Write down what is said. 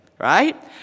Right